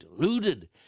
deluded